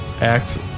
act